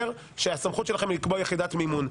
שהסמכות שלכם היא לקבוע יחידת מימון.